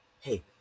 hey